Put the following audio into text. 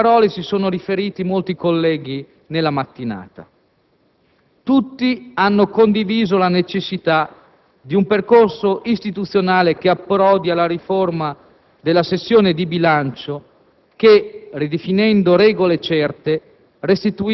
Alle sue parole si sono riferiti molti colleghi nella mattinata, tutti hanno condiviso la necessità di un percorso istituzionale che approdi alla riforma della sessione di bilancio che, ridefinendo regole certe,